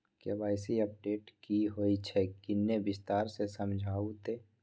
KYC update की होय छै किन्ने विस्तार से समझाऊ ते?